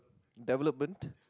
development